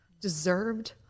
deserved